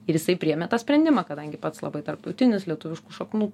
ir jisai priėmė tą sprendimą kadangi pats labai tarptautinis lietuviškų šaknų